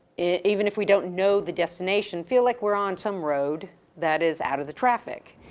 even if we don't know the destination, feel like we're on some road that is out of the traffic.